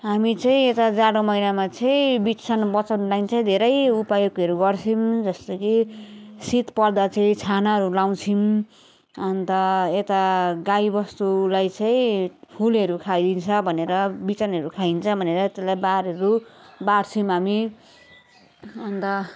हामी चाहिँ यता जाडो महिनामा चाहिँ बिटसन बचनलाई चाहिँ धेरै उपयोगहरू गर्छौँ जस्तो कि शीत पर्दा चाहिँ छानाहरू लगाउँछौँ अन्त यता गाईबस्तुले चाहिँ फुलहरू खाइदिन्छ भनेर बिजनहरू खाइदिन्छ भनेर त्यसलाई बारहरू बार्छौँ हामी अन्त